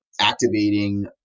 activating